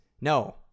no